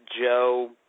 Joe